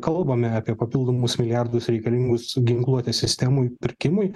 kalbame apie papildomus milijardus reikalingus ginkluotės sistemų pirkimui